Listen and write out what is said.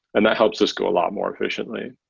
and that helps us go a lot more efficiently.